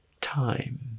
time